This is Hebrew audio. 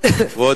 אני כל הזמן פה.